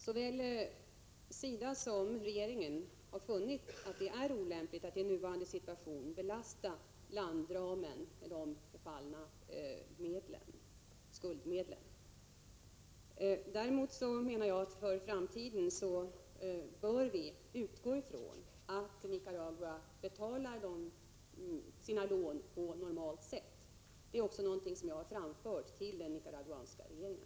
Såväl SIDA som regeringen har funnit att det är olämpligt att i nuvarande situation belasta landramen med de förfallna skuldmedlen. Däremot anser jag att vi för framtiden bör utgå från att Nicarauga betalar sina lån på normalt sätt. Det är också något som jag framfört till den nicaraguanska regeringen.